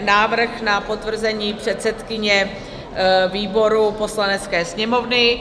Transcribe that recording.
Návrh na potvrzení předsedkyně výboru Poslanecké sněmovny